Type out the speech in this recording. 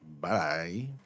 Bye